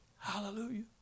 Hallelujah